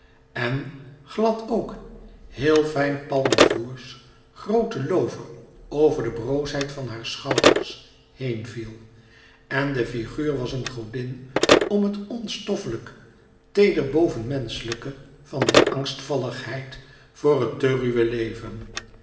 en glad ook heel fijn palmfloers groote loover over de broosheid van haar schouders heenviel en de figuur was een godin om het onstoffelijk teeder bovenmenschelijke van die angstvalligheid voor het te ruwe leven